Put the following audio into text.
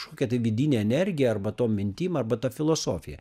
kažkokia tai vidine energija arba tom mintim arba ta filosofija